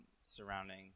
surrounding